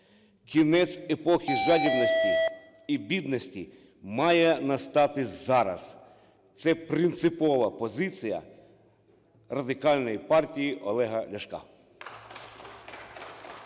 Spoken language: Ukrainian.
Кінець епохи жадібності і бідності має настати зараз. Це принципова позиція Радикальної партії Олега Ляшка.